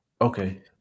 Okay